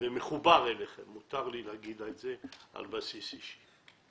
ומחובר אליכם מותר לי להגיד את זה על בסיס אישי.